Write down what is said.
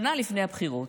שנה לפני הבחירות,